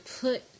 put